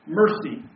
mercy